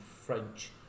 French